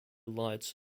lights